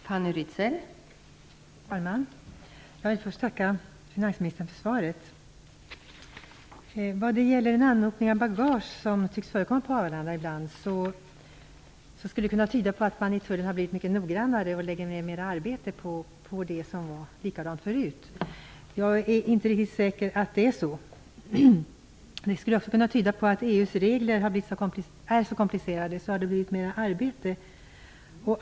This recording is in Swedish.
Fru talman! Jag vill tacka finansministern för svaret. Den anhopning av bagage som ibland tycks förekomma på Arlanda skulle kunna tyda på att tullen har blivit mycket noggrannare och lägger ned mera arbete på det som tidigare gjordes på samma sätt. Jag är inte riktigt säker på att det är så. Det skulle också kunna tyda på att EU:s regler är så komplicerade att det har blivit mera arbete.